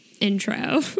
intro